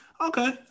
okay